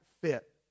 fit